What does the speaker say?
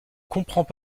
comprends